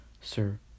Sir